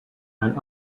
and